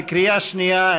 בקריאה שנייה.